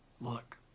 look